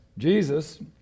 Jesus